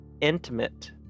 intimate